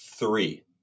three